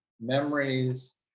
memories